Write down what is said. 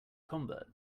convert